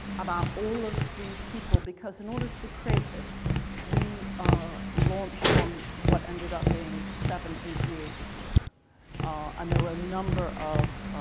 about all of the people because in order to create this we ah launched on what ended up being seven, eight years of work and there were a number of